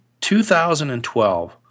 2012